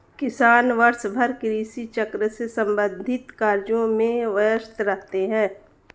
किसान वर्षभर कृषि चक्र से संबंधित कार्यों में व्यस्त रहते हैं